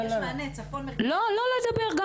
צפון לא דרום, גם